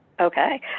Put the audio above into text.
Okay